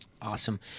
Awesome